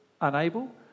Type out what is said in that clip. unable